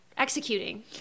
Executing